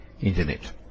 internet